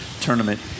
tournament